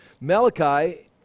Malachi